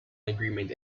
agreement